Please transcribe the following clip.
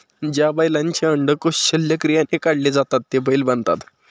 ज्या बैलांचे अंडकोष शल्यक्रियाने काढले जातात ते बैल बनतात